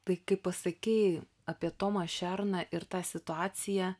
tai kai pasakei apie tomą šerną ir tą situaciją